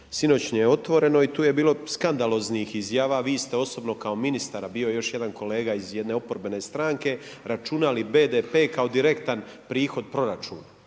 sinoćnje Otvoreno i tu je bilo skandaloznih izjava, vi ste osobno kao ministar a bio je još jedan kolega iz jedne oporbene stranke računali BDP kao direktan prihod proračuna.